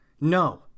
No